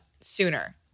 sooner